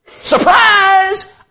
Surprise